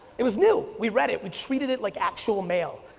it was new, we read it, we treated it like actual mail.